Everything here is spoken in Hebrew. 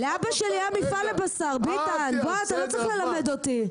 לאבא שלי היה מפעל לבשר ביטן בוא אתה לא צריך ללמד אותי.